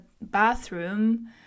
bathroom